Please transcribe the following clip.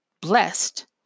blessed